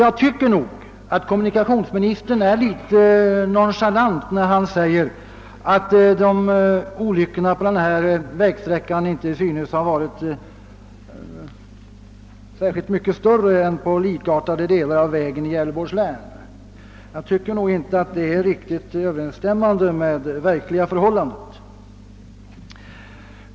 Jag tycker nog att kommunikationsministern är litet nonchalant när han säger att olyckorna på denna vägsträcka inte synes ha varit särskilt mycket värre än på likartade delar av vägar i Gävleborgs län. Det är nog inte riktigt överensstämmande med verkliga förhållandet.